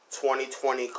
2020